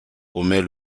commet